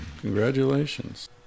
congratulations